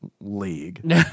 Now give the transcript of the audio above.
league